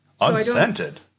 Unscented